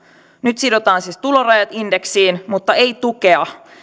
nyt sidotaan siis tulorajat indeksiin mutta ei tukea